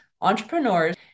entrepreneurs